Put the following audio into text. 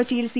കൊച്ചിയിൽ സി